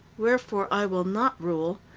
wherefore i will not rule,